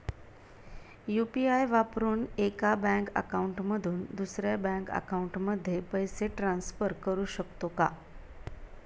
UPI वापरून एका bank account मधून दुसऱ्या बँक अकाउंटमध्ये पैसे ट्रान्सफर करू शकतो का?